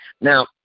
Now